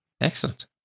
Excellent